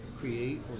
create